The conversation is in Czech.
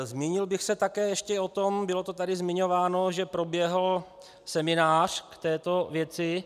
Zmínil bych se také ještě o tom, bylo to tady zmiňováno, že proběhl seminář k této věci.